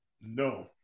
No